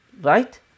right